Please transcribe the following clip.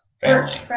family